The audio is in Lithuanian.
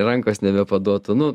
rankos nebepaduotų nu